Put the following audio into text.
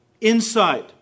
inside